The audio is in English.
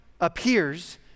appears